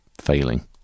failing